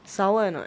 sour or not